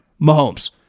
Mahomes